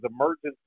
emergency